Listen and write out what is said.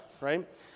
right